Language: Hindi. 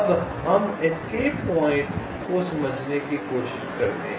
अब हम एस्केप पॉइंट को समझने की कोशिश करते हैं